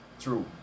True